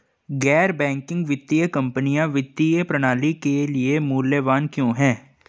गैर बैंकिंग वित्तीय कंपनियाँ वित्तीय प्रणाली के लिए मूल्यवान क्यों हैं?